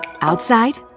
Outside